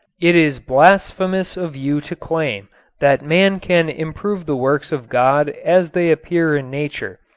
it is blasphemous of you to claim that man can improve the works of god as they appear in nature.